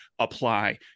apply